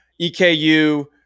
EKU